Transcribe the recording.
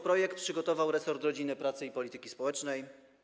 Projekt przygotował resort rodziny, pracy i polityki społecznej.